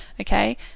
okay